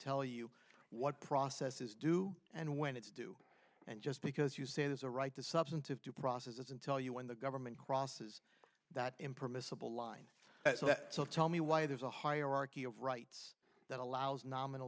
tell you what process is due and when it's due and just because you say there's a right to substantive due process doesn't tell you when the government crosses that impermissible line so tell me why there's a hierarchy of rights that allows nominal